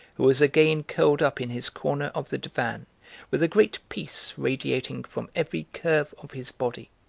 who was again curled up in his corner of the divan with a great peace radiating from every curve of his body.